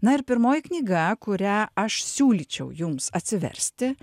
na ir pirmoji knyga kurią aš siūlyčiau jums atsiversti